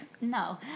No